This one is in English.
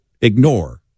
ignore